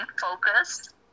focus